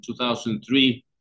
2003